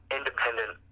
independent